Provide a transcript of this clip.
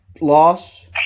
loss